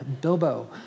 Bilbo